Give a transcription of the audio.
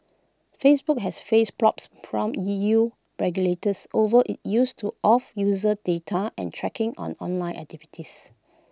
Facebook has faced probes from E U regulators over its use of user data and tracking on online activities